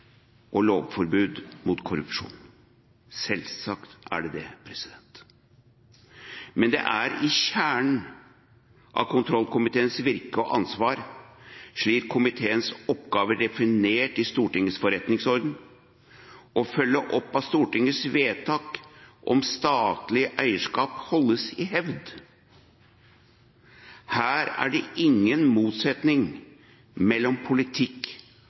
på lovforbudet mot korrupsjon. Selvsagt er det det. Men det er i kjernen av kontrollkomiteens virke og ansvar, slik komiteens oppgave er definert i Stortingets forretningsorden, å følge opp at Stortingets vedtak om statlig eierskap holdes i hevd. Her er det ingen motsetning mellom politikk